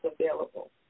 available